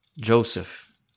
Joseph